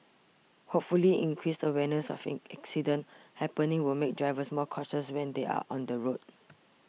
hopefully increased awareness of accidents happening would make drivers more cautious when they are on the roads